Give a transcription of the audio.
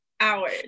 hours